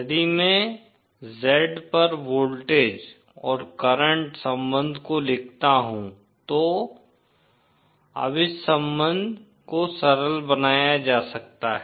यदि मैं Z पर वोल्टेज और करंट संबंध को लिखता हूं तो अब इस संबंध को सरल बनाया जा सकता है